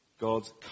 God's